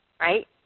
right